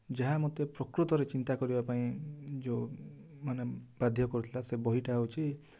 ଯାହା ମୋତେ ପ୍ରକୃତରେ ଚିନ୍ତା କରିବା ପାଇଁ ଯେଉଁ ମାନେ ବାଧ୍ୟ କରୁଥିଲା ସେ ବହିଟା ହେଉଛି